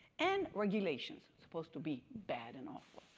and regulations supposed to be bad and awful,